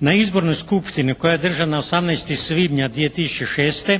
Na Izbornoj skupštini koja je održana 18. svibnja 2006.